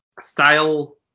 style